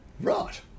Right